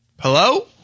Hello